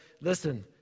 Listen